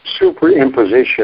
superimposition